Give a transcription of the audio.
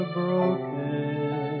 broken